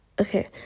Okay